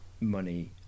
money